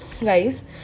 guys